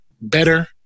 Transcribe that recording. better